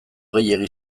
gehiegi